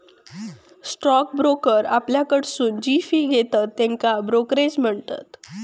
stock broker आपल्याकडसून जी fee घेतत त्येका ब्रोकरेज म्हणतत